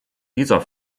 dieser